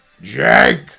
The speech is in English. Jake